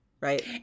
right